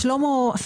בהמשך שלמה אוחיון,